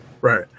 Right